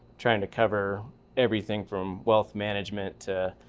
trying to cover everything from wealth management to,